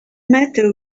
matter